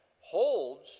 holds